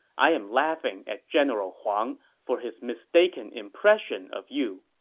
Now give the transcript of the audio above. i am laughing at general huang for his mistaken impression of you.